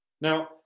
Now